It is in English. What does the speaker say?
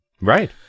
Right